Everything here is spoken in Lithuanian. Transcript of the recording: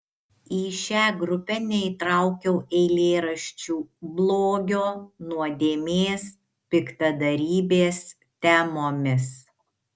į šią grupę neįtraukiau eilėraščių blogio nuodėmės piktadarybės temomis